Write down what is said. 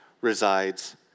resides